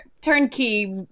Turnkey